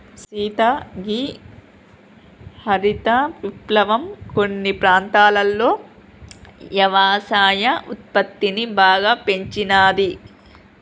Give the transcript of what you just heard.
సీత గీ హరిత విప్లవం కొన్ని ప్రాంతాలలో యవసాయ ఉత్పత్తిని బాగా పెంచినాది